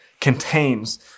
contains